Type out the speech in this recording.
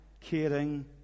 caring